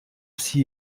sie